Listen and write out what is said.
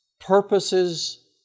purposes